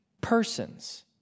persons